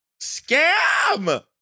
Scam